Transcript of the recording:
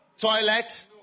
toilet